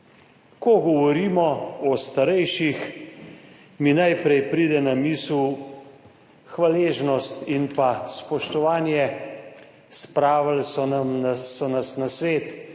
Ko govorimo o starejših, mi najprej pride na misel hvaležnost in pa spoštovanje. Spravili so nam, so